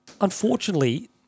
unfortunately